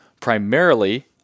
primarily